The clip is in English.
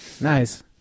Nice